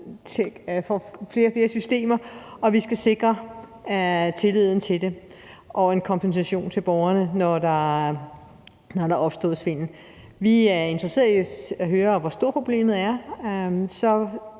og flere systemer, og vi skal sikre tilliden til dem og en kompensation til borgerne, når der er opstået svindel. Vi er interesseret i at høre, hvor stort problemet er. Så